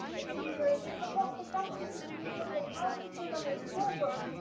it can be very difficult for some students to be able to concentrate on their school work,